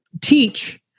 teach